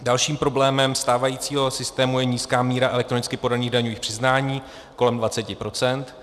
Dalším problémem stávajícího systému je nízká míra elektronicky podaných daňových přiznání, kolem 20 %.